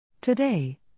Today